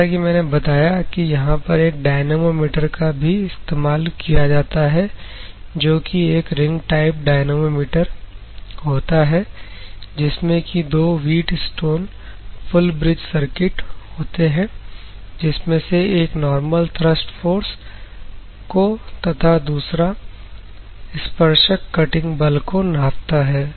जैसा कि मैंने बताया कि यहां पर एक डायनमोमीटर का भी इस्तेमाल किया जाता है जो कि एक रिंग टाइप डायनमोमीटर होता है जिसमें की दो व्हीटस्टोन फुल ब्रिज सर्किट होते हैं जिसमें से एक नॉर्मल थ्रस्ट फोर्स को तथा दूसरा स्पर्शक कटिंग बल को नापता है